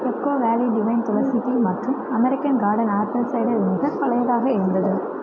echo Valley Divine tulsi tea மற்றும் American Garden apple cider vinegar பழையதாக இருந்தது